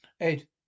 Ed